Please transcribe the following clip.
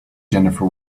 jennifer